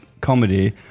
comedy